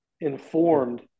informed